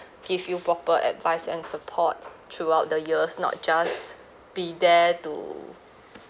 give you proper advice and support throughout the years not just be there to